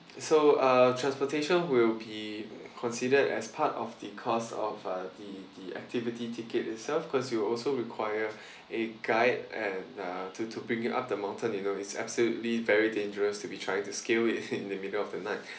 so uh transportation will be considered as part of the cost of uh the the activity ticket itself because you also require a guide and uh to to bring you up the mountain you know it's absolutely very dangerous to be trying to scale it in the middle of the night